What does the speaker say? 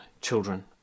children